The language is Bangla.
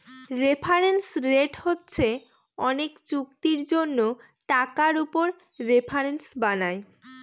রেফারেন্স রেট হচ্ছে অনেক চুক্তির জন্য টাকার উপর রেফারেন্স বানায়